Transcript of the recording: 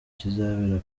kizabera